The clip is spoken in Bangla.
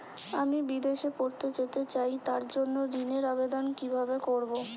আমি বিদেশে পড়তে যেতে চাই তার জন্য ঋণের আবেদন কিভাবে করব?